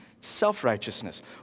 self-righteousness